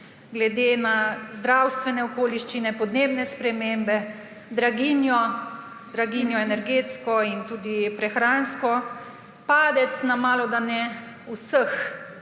glede na zdravstvene okoliščine, podnebne spremembe, draginjo, energetsko in tudi prehransko draginjo, padec na malodane vseh